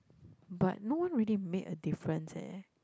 but no one really make a difference eh